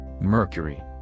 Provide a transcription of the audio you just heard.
Mercury